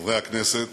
חברי הכנסת,